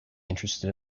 interested